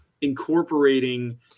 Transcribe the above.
incorporating